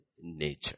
nature